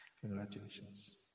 Congratulations